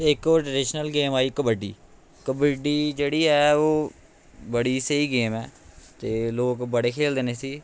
ते इक्क होर ट्रडीशनल गेम आई कबड्डी कबड्डी जेह्ड़ी ऐ ओह् बड़ी स्हेई गेम ऐ ते लोग बड़े खेल्लदे न इसगी